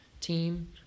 team